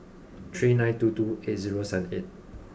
three nine two two eight zero seven eight